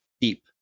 deep